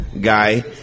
guy